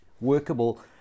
workable